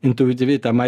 intuityviai tą mai